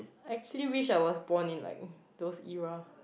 actually wish I was born in like those era